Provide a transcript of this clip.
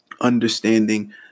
Understanding